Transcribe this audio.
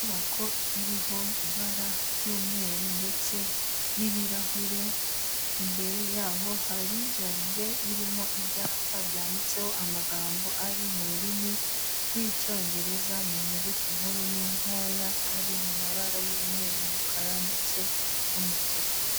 Inyubako iriho ibara ry'umweru ndetse n'ibirahure, imbere yaho hari jaride irimo ibyapa byanditseho amagambo ari mu rurimi rw'Icyongereza mu nyuguti nkuru ni ntoya, ari mu mabara y'umweru, umukara, ndetse n'umutuku.